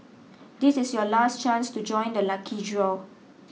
this is your last chance to join the lucky draw